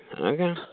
Okay